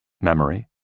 memory